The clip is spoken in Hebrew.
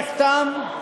נחתם,